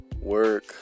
Work